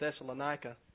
Thessalonica